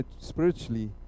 spiritually